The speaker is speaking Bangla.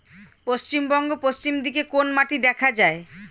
পশ্চিমবঙ্গ পশ্চিম দিকে কোন মাটি দেখা যায়?